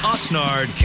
Oxnard